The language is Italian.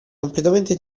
completamente